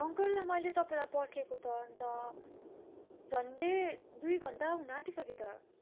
uncle मैले तपाईँलाई पर्खेको त अन्त झन्डै दुई घन्टा हुन आँटिसक्यो त